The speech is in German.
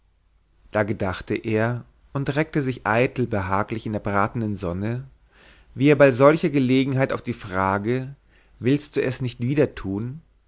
da gedachte er und reckte sich eitel behaglich in der bratenden sonne wie er bei solcher gelegenheit auf die frage willst du es nicht wieder tun